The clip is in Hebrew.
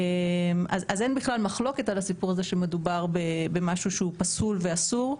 אז אין בכלל מחלוקת על הסיפור הזה שמדובר במשהו שהוא פסול ואסור.